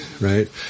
Right